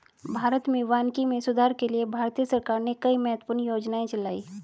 भारत में वानिकी में सुधार के लिए भारतीय सरकार ने कई महत्वपूर्ण योजनाएं चलाई